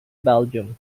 belgium